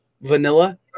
vanilla